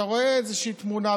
אתה רואה איזושהי תמונה,